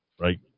right